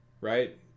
right